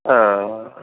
आ